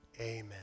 Amen